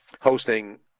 hosting